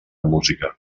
música